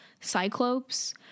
cyclopes